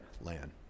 land